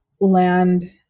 land